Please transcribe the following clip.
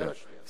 ישראל השנייה.